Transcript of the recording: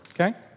Okay